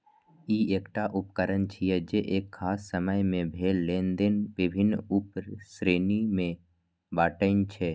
ई एकटा उकरण छियै, जे एक खास समय मे भेल लेनेदेन विभिन्न उप श्रेणी मे बांटै छै